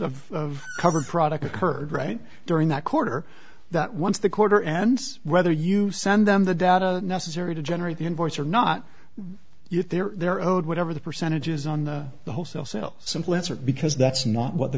s of covered products occurred right during that quarter that once the quarter ends whether you send them the data necessary to generate the invoice or not if they're owed whatever the percentage is on the wholesale sales simple answer because that's not what the